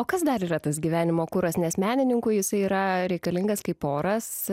o kas dar yra tas gyvenimo kuras nes menininkui jisai yra reikalingas kaip oras